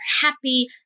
happy